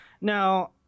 Now